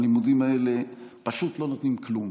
הלימודים האלה פשוט לא נותנים כלום.